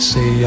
Say